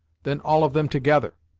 than all of them together!